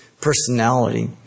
personality